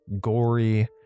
gory